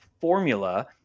formula